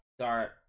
start